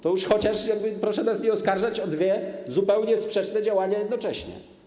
To już chociaż proszę nas nie oskarżać o dwa zupełnie sprzeczne działania jednocześnie.